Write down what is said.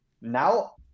Now